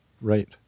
Right